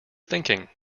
thinking